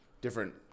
different